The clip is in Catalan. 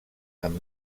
amb